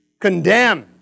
condemned